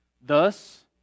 Thus